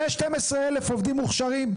יש 12,000 עובדים מוכשרים?